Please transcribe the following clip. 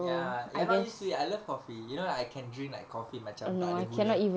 ya ya lah you see I love coffee you know like I can drink like coffee macam tak ada gula